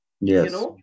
Yes